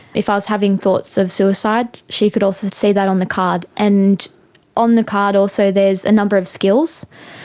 if i was having thoughts of suicide, she could also see that on the card. and on the card also there's a number of skills.